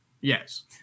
Yes